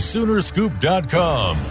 Soonerscoop.com